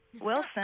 Wilson